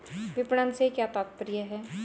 विपणन से क्या तात्पर्य है?